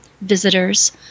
visitors